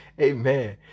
Amen